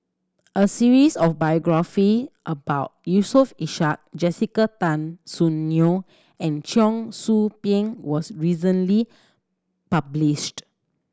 a series of biography about Yusof Ishak Jessica Tan Soon Neo and Cheong Soo Pieng was recently published